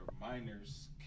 minors